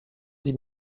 sie